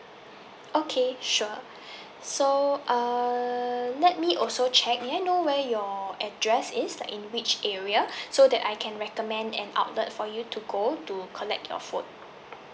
okay sure so err let me also check may I know where your address is like in which area so that I can recommend an outlet for you to go to collect your phone